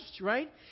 right